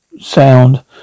sound